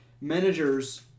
managers